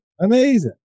Amazing